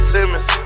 Simmons